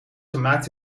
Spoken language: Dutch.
gemaakt